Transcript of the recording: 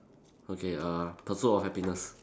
okay uh pursuit of happiness